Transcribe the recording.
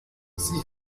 sie